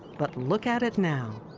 but look at it now.